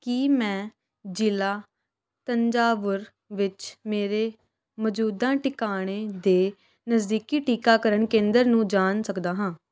ਕੀ ਮੈਂ ਜ਼ਿਲ੍ਹਾ ਤੰਜਾਵੁਰ ਵਿੱਚ ਮੇਰੇ ਮੌਜੂਦਾ ਟਿਕਾਣੇ ਦੇ ਨਜ਼ਦੀਕੀ ਟੀਕਾਕਰਨ ਕੇਂਦਰ ਨੂੰ ਜਾਣ ਸਕਦਾ ਹਾਂ